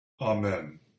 Amen